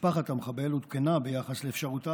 משפחת המחבל עודכנה ביחס לאפשרותה